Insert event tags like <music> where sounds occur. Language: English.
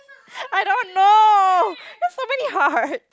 <laughs> I don't know there's so many heart